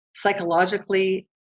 Psychologically